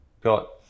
Got